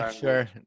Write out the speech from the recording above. sure